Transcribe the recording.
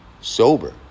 sober